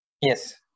Yes